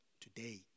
today